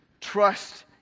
trust